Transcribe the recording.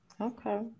Okay